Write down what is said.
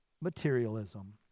materialism